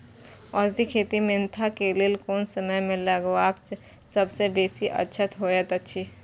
औषधि खेती मेंथा के लेल कोन समय में लगवाक सबसँ बेसी अच्छा होयत अछि?